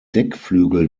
deckflügel